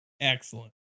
Excellent